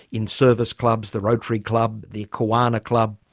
in service clubs, the rotary club, the kiwanis club.